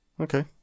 Okay